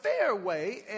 fairway